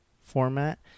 format